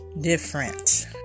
different